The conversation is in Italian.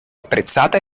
apprezzata